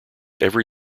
every